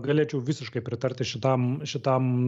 galėčiau visiškai pritarti šitam šitam